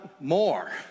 more